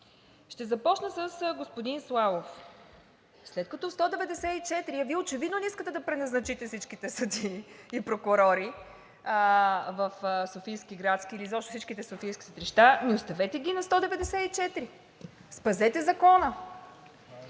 Ще започна с господин Славов. След като в чл. 194, Вие очевидно ли искате да преназначите всичките съдии и прокурори в Софийския градски, или изобщо във всички софийски съдилища, ами оставете ги на чл. 194. Спазете Закона.